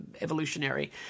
evolutionary